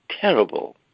terrible